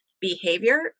behavior